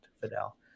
fidel